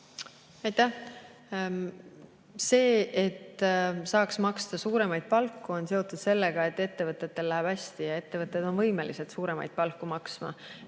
Aitäh! See, et saaks maksta suuremaid palku, on seotud sellega, et ettevõtetel läheb hästi ja ettevõtted on võimelised suuremaid palku maksma.